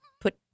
put